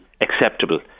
acceptable